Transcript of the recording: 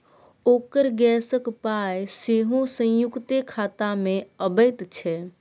ओकर गैसक पाय सेहो संयुक्ते खातामे अबैत छै